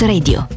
Radio